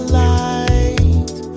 light